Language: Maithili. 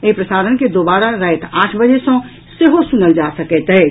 एहि प्रसारण के दोबारा राति आठ बजे सँ सेहो सुनल जा सकैत अछि